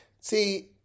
See